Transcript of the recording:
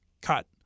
cut